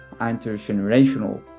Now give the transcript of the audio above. intergenerational